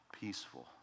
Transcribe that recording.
peaceful